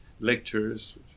Lectures